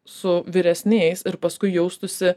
su vyresniais ir paskui jaustųsi